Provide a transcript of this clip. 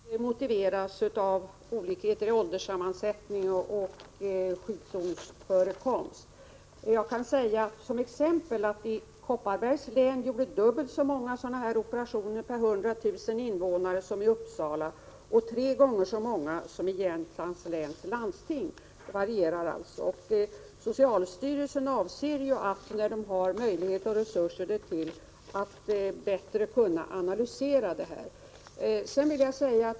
Herr talman! Som jag säger i mitt svar kan variationerna mycket väl motiveras av olikheter i ålderssammansättning och sjukdomsförekomst. Jag kan som ett exempel nämna att det i Kopparbergs län gjordes dubbelt så många operationer av denna typ per 100 000 invånare som i Uppsala län och tre gånger så många som i Jämtlands län. Det varierar alltså kraftigt. Socialstyrelsen avser att, när man har möjligheter och resurser därtill, bättre analysera dessa skillnader.